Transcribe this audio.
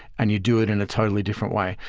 and you do it in a totally different way.